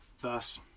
thus